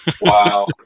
Wow